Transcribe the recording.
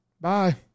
bye